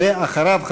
ואחריו,